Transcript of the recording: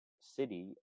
city